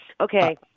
Okay